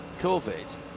Covid